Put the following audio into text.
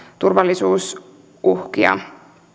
turvallisuusuhkia